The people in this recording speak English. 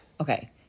Okay